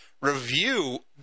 review